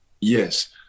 Yes